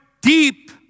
deep